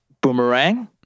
Boomerang